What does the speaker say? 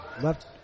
left